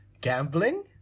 Gambling